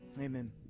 Amen